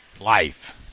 life